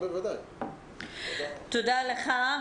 תודה לך.